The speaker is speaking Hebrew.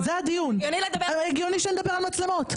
הגיוני שנדבר על מצלמות.